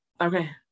Okay